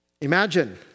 Imagine